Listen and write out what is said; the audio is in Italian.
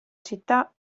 città